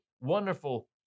wonderful